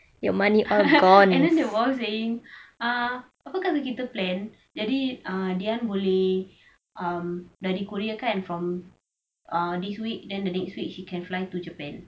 and then they was saying uh apalah kita plan jadi uh dian boleh um dari korea kan from uh this week then the next week she can fly to japan